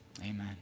Amen